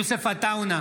יוסף עטאונה,